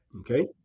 okay